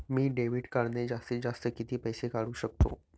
मी debit कार्डने जास्तीत जास्त किती पैसे काढू शकतो?